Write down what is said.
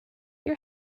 your